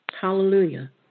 Hallelujah